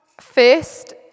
first